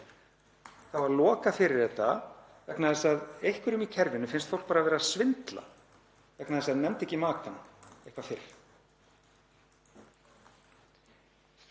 á að loka fyrir þetta vegna þess að einhverjum í kerfinu finnst fólk bara vera að svindla vegna þess að það nefndi ekki makann eitthvað fyrr.